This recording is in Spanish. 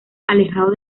alejado